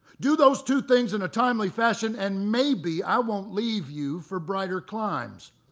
do those two things in a timely fashion and maybe i won't leave you for brighter climes.